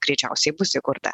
greičiausiai bus įkurta